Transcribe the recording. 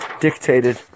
dictated